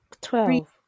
Twelve